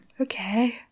okay